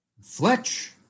Fletch